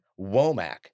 Womack